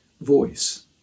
voice